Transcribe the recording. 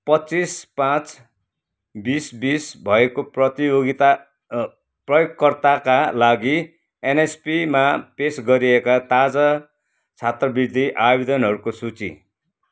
पच्चिस पाँच बिस बिस भएको प्रतियोगिता प्रयोगकर्ताका लागि एनएसपीमा पेस गरिएका ताजा छात्रवृत्ति आवेदनहरूको सूची